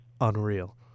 unreal